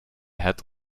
het